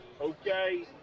okay